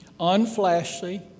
unflashy